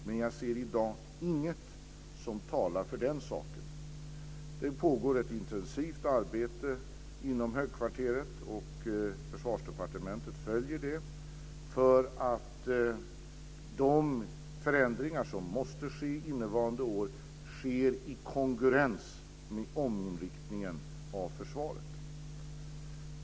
Men jag ser i dag inget som talar för den saken. Det pågår ett intensivt arbete inom högkvarteret - och Försvarsdepartementet följer det - för att de förändringar som måste ske innevarande år sker i kongruens med ominriktningen av försvaret.